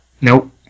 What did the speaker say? Nope